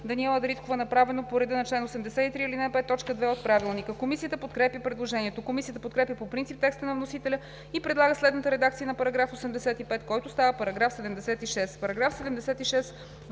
Даниела Дариткова, направено по реда на чл. 83, ал. 5. т. 2 от Правилника. Комисията подкрепя предложението. Комисията подкрепя по принцип текста на вносителя и предлага следната редакция на § 85, който става § 76: „§ 76.